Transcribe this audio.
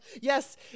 Yes